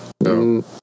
No